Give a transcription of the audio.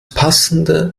passende